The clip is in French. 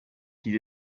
qu’il